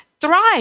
thrive